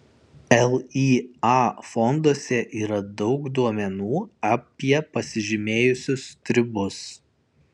lya fonduose yra daug duomenų apie pasižymėjusius stribus